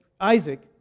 Isaac